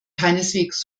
keineswegs